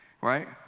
right